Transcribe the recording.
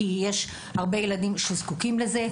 כי יש הרבה ילדים שזקוקים לזה,